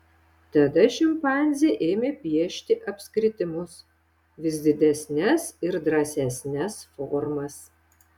tada šimpanzė ėmė piešti apskritimus vis didesnes ir drąsesnes formas